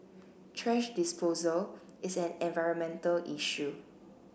thrash disposal is an environmental issue